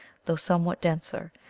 though somewhat denser,